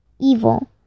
evil